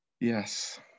Yes